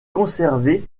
conservé